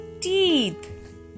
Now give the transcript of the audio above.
teeth